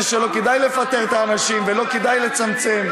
שלא כדאי לפטר את האנשים ולא כדאי לצמצם,